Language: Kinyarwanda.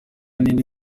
n’indi